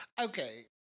okay